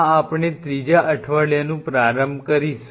આ આપણે ત્રીજા અઠવાડિયાનું પ્રારંભ કરીશું